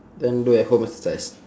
then do at home exercise